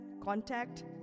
contact